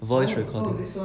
voice recording